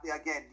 again